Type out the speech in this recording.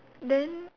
then